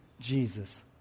Jesus